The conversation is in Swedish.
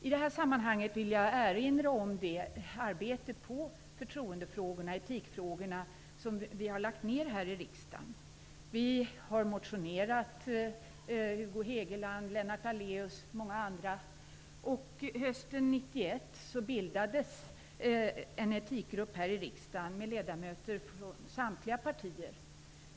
I det här sammanhanget vill jag erinra om det arbete med förtroende och etikfrågorna som vi har lagt ner här i riksdagen. Hugo Hegeland, Lennart Daléus och många andra har motionerat. Hösten 1991 bildades en etikgrupp här i riksdagen med ledamöter från samtliga partier.